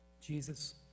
Jesus